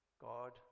God